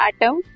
atom